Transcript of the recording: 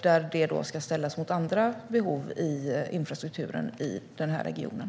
Detta ska då ställas mot andra behov i infrastrukturen i den här regionen.